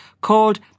called